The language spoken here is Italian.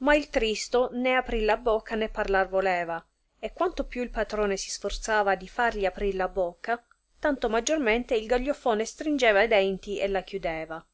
ma il tristo né aprir la bocca né parlar voleva e quanto più il patrone si sforzava di fargli aprir la bocca tanto maggiormente il gaglioffone stringeva e denti e la chiudeva